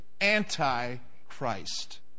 anti-Christ